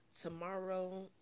tomorrow